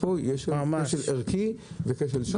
כשל ערכי וכשל התנהלותי,